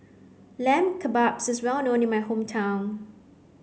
Lamb Kebabs is well known in my hometown